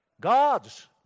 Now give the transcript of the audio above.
God's